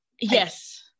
Yes